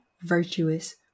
virtuous